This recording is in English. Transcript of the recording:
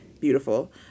Beautiful